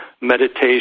meditation